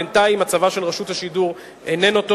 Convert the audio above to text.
בינתיים מצבה של רשות השידור איננו טוב.